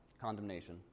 condemnation